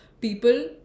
people